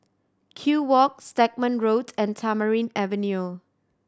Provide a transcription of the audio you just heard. Kew Walk Stagmont Road and Tamarind Avenue